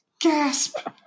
Gasp